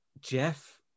Jeff